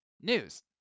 news